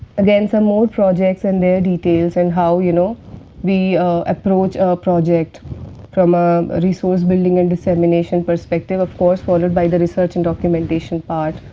again some more projects and their details, and how you know we approach ah project from a resource building and dissemination perspective, of course followed by the research and documentation part,